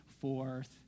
forth